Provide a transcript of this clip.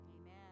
Amen